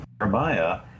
Jeremiah